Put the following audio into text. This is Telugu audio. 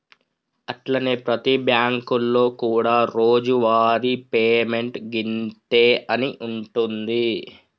అట్లనే ప్రతి బ్యాంకులలో కూడా రోజువారి పేమెంట్ గింతే అని ఉంటుంది